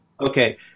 Okay